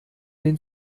den